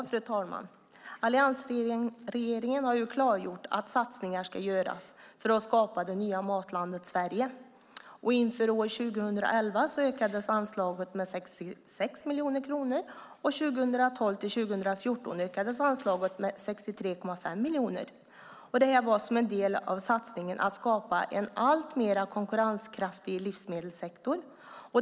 Fru talman! Alliansregeringen har klargjort att satsningar ska göras för att skapa det nya matlandet Sverige. Inför år 2011 ökades anslaget med 66 miljoner kronor, och inför 2012-2014 ökas anslaget med 63,5 miljoner. Det här är en del av satsningen att skapa en alltmer konkurrenskraftig livsmedelssektor.